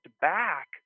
back